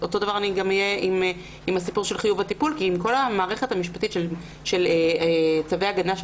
אותו דבר יהיה עם חיוב הטיפול כי עם כל המערכת המשפטית של צווי הגנה,